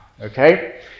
Okay